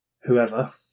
whoever